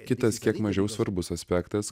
kitas kiek mažiau svarbus aspektas